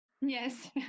Yes